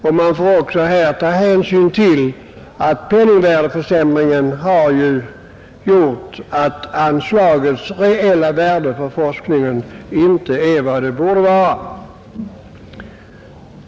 Man får här också ta hänsyn till att penningvärdeförsämringen gjort att anslagets reella värde för forskningen inte är vad det borde vara.